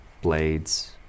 blades